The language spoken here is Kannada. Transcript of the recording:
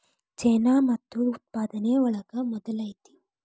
ಚೇನಾ ಮುತ್ತು ಉತ್ಪಾದನೆ ಒಳಗ ಮೊದಲ ಐತಿ